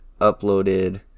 uploaded